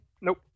Nope